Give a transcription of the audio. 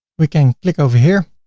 we can click over here.